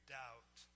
doubt